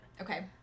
Okay